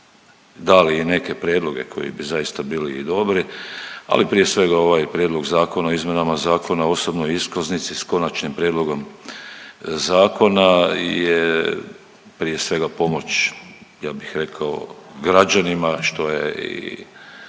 dali i neke prijedloge koji bi zaista bili i dobri, ali prije svega ovaj Prijedloga Zakona o izmjenama Zakona o osobnoj iskaznici, s Konačnim prijedlogom Zakona je prije svega pomoć, ja bih rekao građanima što je i